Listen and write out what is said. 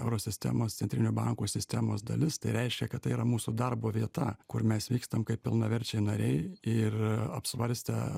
euro sistemos centrinio banko sistemos dalis tai reiškia kad tai yra mūsų darbo vieta kur mes vykstam kaip pilnaverčiai nariai ir apsvarstę